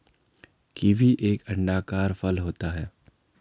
kiwi एक अंडाकार फल होता है